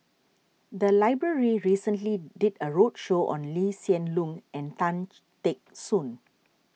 the library recently did a roadshow on Lee Hsien Loong and Tan Teck Soon